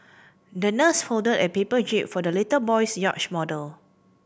the nurse folded a paper jib for the little boy's yacht model